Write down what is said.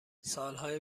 سالهای